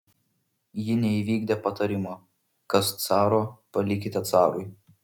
ji neįvykdė patarimo kas caro palikite carui